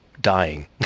dying